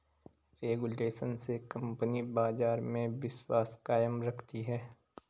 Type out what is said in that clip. regulation से company बाजार में विश्वास कायम रखती है